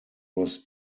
was